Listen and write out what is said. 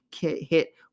hit